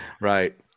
Right